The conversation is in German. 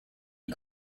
den